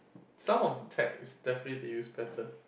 some of the tax definitely they use better